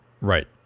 right